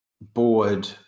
board